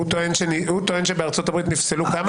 הוא טוען שבארצות הברית נפסלו, כמה?